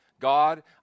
God